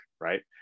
right